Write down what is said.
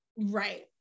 right